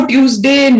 Tuesday